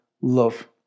love